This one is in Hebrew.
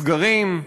סגרים,